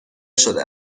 شده